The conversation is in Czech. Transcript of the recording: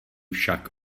však